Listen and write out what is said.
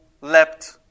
leapt